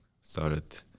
started